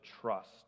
trust